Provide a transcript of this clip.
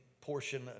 portion